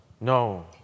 No